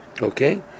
Okay